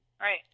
Right